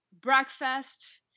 breakfast